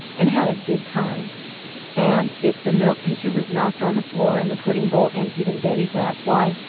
and had a good time and if the milk pitcher was knocked on the floor and the pudding bowl emptied in betty's lap why,